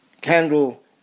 candle